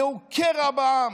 זהו קרע בעם.